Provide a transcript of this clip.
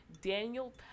Daniel